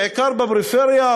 בעיקר בפריפריה.